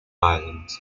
ireland